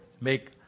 Make